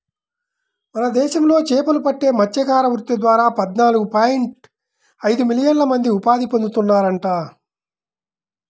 మన దేశంలో చేపలు పట్టే మత్స్యకార వృత్తి ద్వారా పద్నాలుగు పాయింట్ ఐదు మిలియన్ల మంది ఉపాధి పొందుతున్నారంట